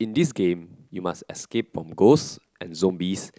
in this game you must escape from ghosts and zombies